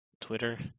Twitter